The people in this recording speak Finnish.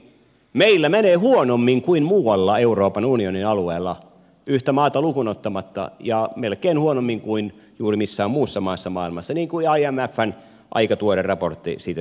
meillä menee huonommin kuin muualla euroopan unionin alueella yhtä maata lukuun ottamatta ja melkein huonommin kuin juuri missään muussa maassa maailmassa niin kuin imfn aika tuore raportti siitä selvästi kertoo